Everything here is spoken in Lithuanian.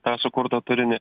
tą sukurtą turinį